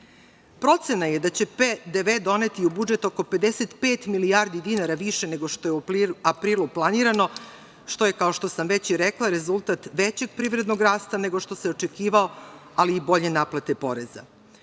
je da će PDV doneti u budžet oko 55 milijardi dinara više, nego što je u aprilu planirano, što je, kao što sam već i rekla, rezultat većeg privrednog rasta, nego što se očekivao, ali i bolje naplate poreza. Više